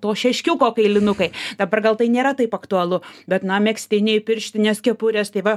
to šeškiuko kailinukai dabar gal tai nėra taip aktualu bet na megztiniai pirštinės kepurės tai va